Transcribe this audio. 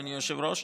אדוני היושב-ראש,